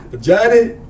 Johnny